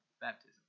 baptism